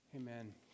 Amen